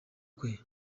kwe